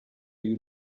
you